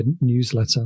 newsletter